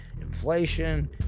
inflation